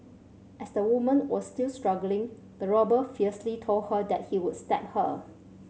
as the woman was still struggling the robber fiercely told her that he was stab her